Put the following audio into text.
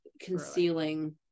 concealing